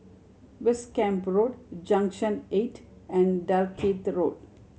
West Camp Road Junction Eight and Dalkeith Road